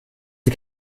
sie